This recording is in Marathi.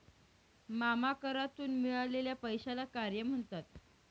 मामा करातून मिळालेल्या पैशाला काय म्हणतात?